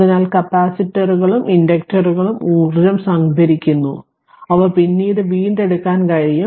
അതിനാൽ കപ്പാസിറ്ററുകളും ഇൻഡക്ടറുകളും ഊർജ്ജം സംഭരിക്കുന്നു അത് പിന്നീട് വീണ്ടെടുക്കാൻ കഴിയും